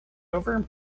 over